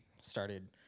started